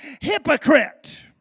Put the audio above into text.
hypocrite